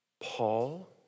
Paul